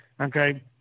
Okay